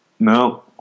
No